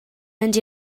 mynd